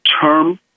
term